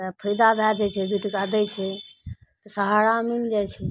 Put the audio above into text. तऽ फायदा भए जाइ छै दू टाका दै छै तऽ सहारा मिल जाइ छै